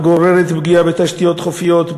הגוררת פגיעה בתשתיות חופיות,